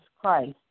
Christ